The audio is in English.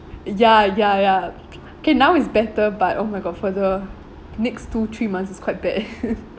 ya ya ya okay now is better but oh my god for the next two three months is quite bad